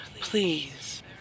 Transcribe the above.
Please